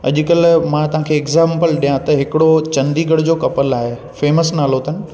अॼुकल्ह मां तव्हांखे एग्ज़ाम्पल ॾियां त हिकिड़ो चंडीगढ़ जो कपल आहे फेमस नालो अथनि